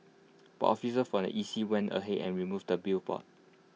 but officers from the E C went ahead and removed the billboard